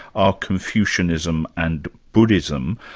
are confucianism and buddhism.